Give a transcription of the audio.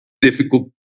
difficult